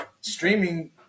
streaming